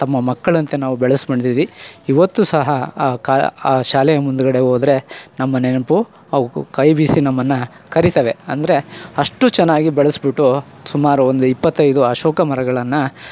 ತಮ್ಮ ಮಕ್ಕಳಂತೆ ನಾವು ಬೆಳೆಸ್ಕಂಡೀವಿ ಇವತ್ತು ಸಹ ಆ ಕಾ ಆ ಶಾಲೆಯ ಮುಂದುಗಡೆ ಹೋದ್ರೆ ನಮ್ಮ ನೆನಪು ಅವಕ್ಕು ಕೈ ಬೀಸಿ ನಮ್ಮನ್ನು ಕರೀತವೆ ಅಂದರೆ ಅಷ್ಟು ಚೆನ್ನಾಗಿ ಬೆಳೆಸಿಬಿಟ್ಟು ಸುಮಾರು ಒಂದು ಇಪ್ಪತ್ತೈದು ಅಶೋಕ ಮರಗಳನ್ನು